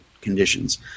conditions